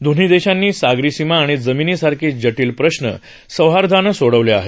दोन्ही देशांनी सागरी सीमा आणि जमिनी सारखे जटील प्रश्न सौहार्दानं सोडवले आहेत